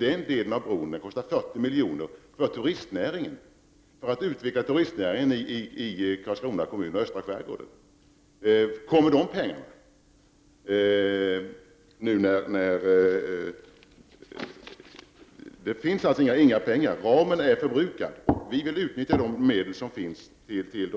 Den delen av bron kostar 40 milj.kr. och den är kolossalt viktig för att utveckla turistnäringen i Karlskrona kommun och östra skärgården. Det finns alltså inga pengar. Ramen är förbrukad. Vi vill utnyttja de medel som finns till